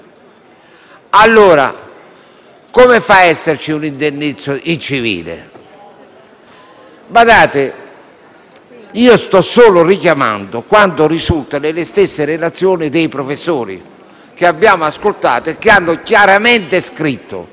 Allora come fa a esserci un indennizzo in civile? Sto solo richiamando quanto risulta dalle stesse relazioni dei professori che abbiamo ascoltato, i quali hanno chiaramente scritto